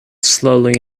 slowly